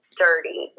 dirty